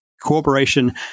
cooperation